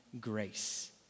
grace